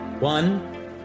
One